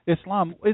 Islam